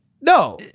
No